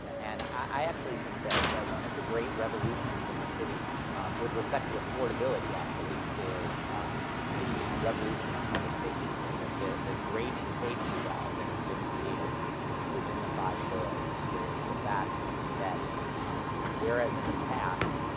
um and i actually think that that one of the great revolutions in the city with respect to affordability, actually, is the revolution in public safety here. the the great safety valve that has been created within the five borroughs is the fact that um whereas in the past,